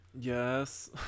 Yes